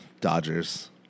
Dodgers